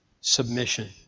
Submission